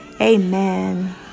Amen